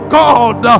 god